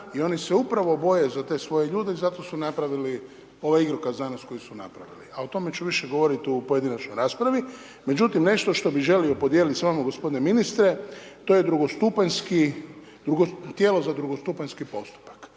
i oni se upravo boje za te svoje ljude i zato su napravili ovaj igrokaz danas koji su napravili a o tome ću više govoriti u pojedinačnoj raspravi. Međutim, nešto što bi želio podijeliti s vama gospodine ministre, to je tijelo za drugostupanjski postupak.